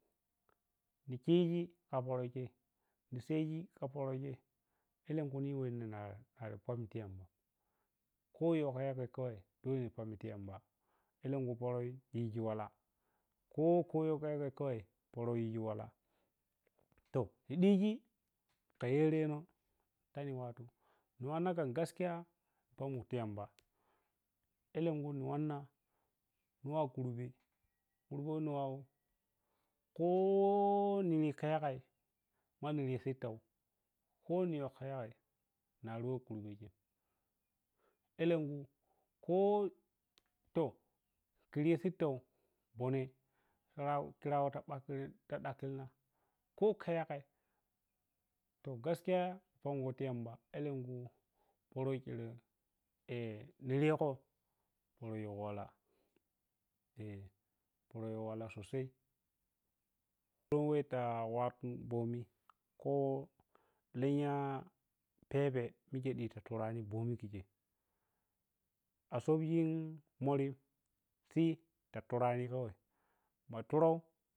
Ni ciji ka poro chei ni sejika poroi elen kuni we nari pammi tiyamda ko yowka yagai ni kawai panmi ti yamba elenku poroi viji wala ko ku yow ka vagai nikawi panmi ti yamba elanku poroi viji wala kokuyav ka bagai kwai poroi yiyi wla to ni diji kderena tani wattu, ni wanna kan gajiya ni pamno ti yamba delnku ni wanna niwa khurbe khurbe weni waw ko nirvi kayagai nari weh khurbe chei ko nirvi elenku ko to kurvi sittau bone nirago ti dakkilna koka yagai to gaskiya hi mammo ti yamba elenku poro we ni rigou, poro yigo wala eh poro youwala sosai don weh ta wattu bomi ko lenya pebhe micche a sobjin morim si ta surani kawei ma turou.